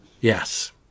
Yes